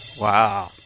wow